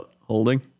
holding